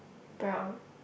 brown